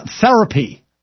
therapy